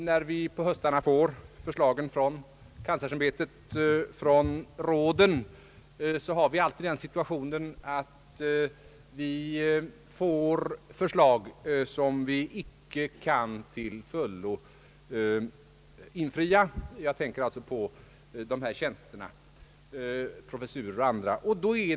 När vi på höstarna får in förslagen från kanslersämbetet och från de olika råden står vi alltid inför den situationen att vi inte kan tillgodose alla önskemål om inrättande av professurer och andra tjänster.